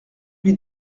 lui